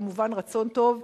וכמובן ברצון טוב.